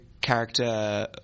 character